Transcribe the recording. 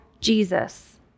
Jesus